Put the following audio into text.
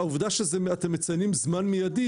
העובדה שאתם מציינים זמן מיידי,